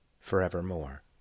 forevermore